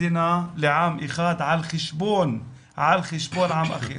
מדינה לעם אחד על חשבון עם אחר.